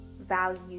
value